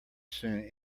soon